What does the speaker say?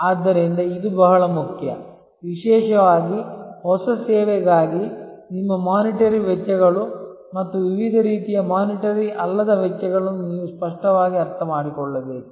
ಆದ್ದರಿಂದ ಇದು ಬಹಳ ಮುಖ್ಯ ವಿಶೇಷವಾಗಿ ಹೊಸ ಸೇವೆಗಾಗಿ ನಿಮ್ಮ ಆರ್ಥಿಕ ವೆಚ್ಚಗಳು ಮತ್ತು ವಿವಿಧ ರೀತಿಯ ವಿತ್ತೀಯಅಲ್ಲದ ವೆಚ್ಚಗಳನ್ನು ನೀವು ಸ್ಪಷ್ಟವಾಗಿ ಅರ್ಥಮಾಡಿಕೊಳ್ಳಬೇಕು